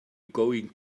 going